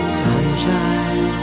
sunshine